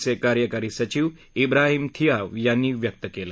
चे कार्यकारी सचिव ब्राहीम थिआव यांनी व्यक्त केलं